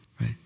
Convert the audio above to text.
right